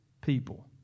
people